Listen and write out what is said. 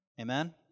Amen